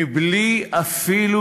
בלי אפילו